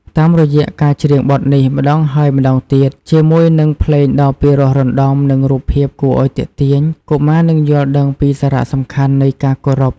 តាមរយៈការច្រៀងបទនេះម្តងហើយម្តងទៀត ជាមួយនឹងភ្លេងដ៏ពិរោះរណ្ដំ និងរូបភាពគួរឲ្យទាក់ទាញ កុមារនឹងយល់ដឹងពីសារៈសំខាន់នៃការគោរព។